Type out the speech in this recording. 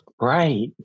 Right